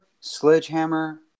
Sledgehammer